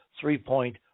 three-point